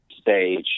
stage